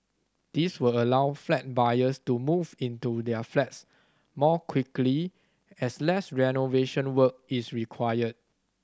this will allow flat buyers to move into their flats more quickly as less renovation work is required